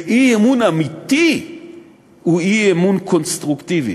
ואי-אמון אמיתי הוא אי-אמון קונסטרוקטיבי.